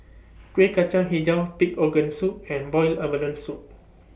Kueh Kacang Hijau Pig Organ Soup and boiled abalone Soup